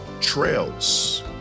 trails